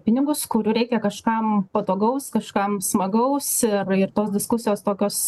pinigus kurių reikia kažkam patogaus kažkam smagaus ir ir tos diskusijos tokios